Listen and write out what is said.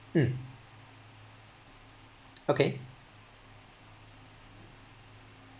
mm okay